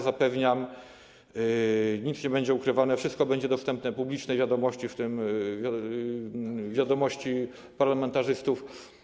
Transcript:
Zapewniam, że nic nie będzie ukrywane, wszystko będzie dostępne w publicznej wiadomości, w tym do wiadomości parlamentarzystów.